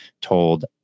told